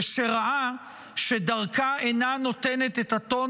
כשראה שדרכה אינה נותנת את הטון